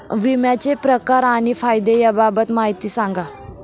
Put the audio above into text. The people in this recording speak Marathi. विम्याचे प्रकार आणि फायदे याबाबत माहिती सांगा